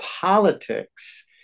politics